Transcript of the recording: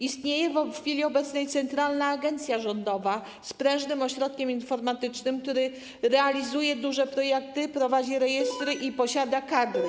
Istnieje w chwili obecnej centralna agencja rządowa z prężnym ośrodkiem informatycznym, który realizuje duże projekty, prowadzi rejestry i posiada już kadry.